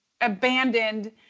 abandoned